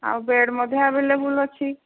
ଆଉ ବେଡ୍ ମଧ୍ୟ ଏଭେଲେବଲ୍ ଅଛି